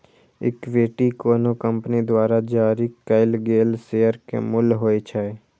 equity कोनो company द्वारा जारी कैल गेल शेयर के मूल्य होइ छै